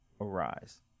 arise